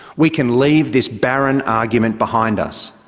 we can leave this barren argument behind us.